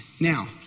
Now